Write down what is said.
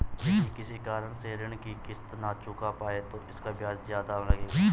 यदि किसी कारण से ऋण की किश्त न चुका पाये तो इसका ब्याज ज़्यादा लगेगा?